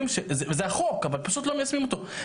זה החוק אבל פשוט לא מיישמים אותו.